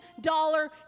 dollar